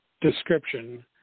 description